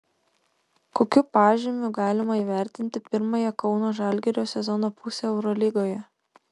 kokiu pažymiu galima įvertinti pirmąją kauno žalgirio sezono pusę eurolygoje